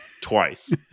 twice